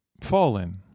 Fallen